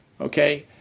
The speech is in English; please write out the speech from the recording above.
Okay